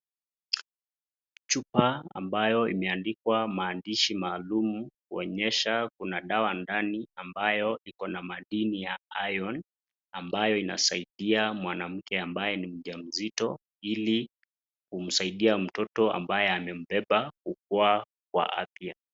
Chupa ambayo imeandikwa maandishi maalum kuonyesha kuna dawa ndani ambayo ikona madini ya iron ambayo inasaidia mwanamke ambaye ni mja mzito ili kumsaidia mtoto ambaye amembeba kukuwa kwa afya.